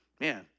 Man